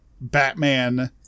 Batman